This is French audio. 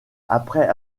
après